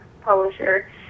publisher